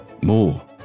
more